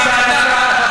אורן,